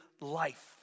life